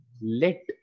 let